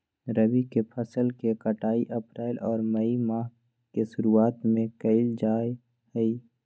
रबी के फसल के कटाई अप्रैल और मई माह के शुरुआत में कइल जा हई